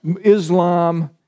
Islam